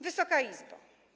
Wysoka Izbo!